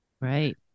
Right